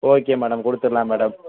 okay madam கொடுத்துட்லாம் madam